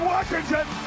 Washington